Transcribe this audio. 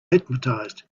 hypnotized